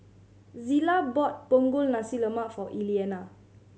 Zillah bought Punggol Nasi Lemak for Elliana